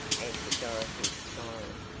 answered dorothy, smiling.